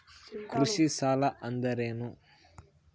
ಕೃಷಿ ಸಾಲ ಅಂದರೇನು?